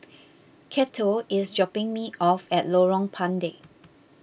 Cato is dropping me off at Lorong Pendek